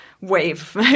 wave